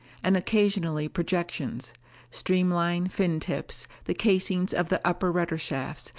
and occasionally projections streamline fin-tips, the casings of the upper rudder shafts,